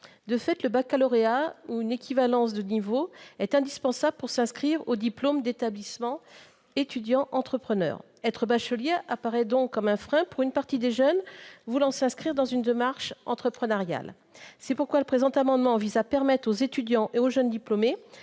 De fait, le baccalauréat ou une équivalence de niveau est indispensable pour s'inscrire au diplôme d'établissement étudiant-entrepreneur. Être bachelier apparaît donc comme un frein pour une partie des jeunes voulant s'inscrire dans une démarche entrepreneuriale. C'est pourquoi le présent amendement vise à permettre aux étudiants et aux jeunes diplômés